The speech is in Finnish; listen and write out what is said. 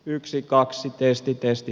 yksi kaksi pesti kesti